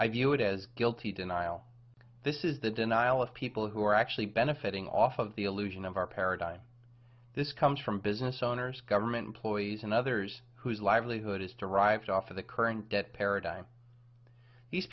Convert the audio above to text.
i view it as guilty denial this is the denial of people who are actually benefiting off of the illusion of our paradigm this comes from business owners government employees and others whose livelihood is derived off of the current debt paradigm the